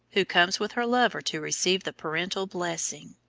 who comes with her lover to receive the parental blessing.